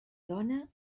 dona